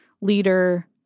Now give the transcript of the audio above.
leader